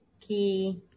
key